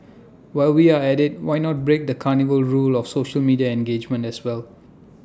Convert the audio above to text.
while we are at IT why not break the cardinal rule of social media engagement as well